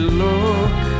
look